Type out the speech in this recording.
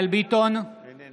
אינו